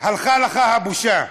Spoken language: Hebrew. הלכה לך הבושה.